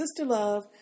sisterlove